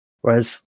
Whereas